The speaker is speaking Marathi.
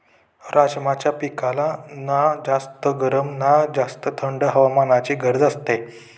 राजमाच्या पिकाला ना जास्त गरम ना जास्त थंड हवामानाची गरज असते